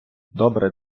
добре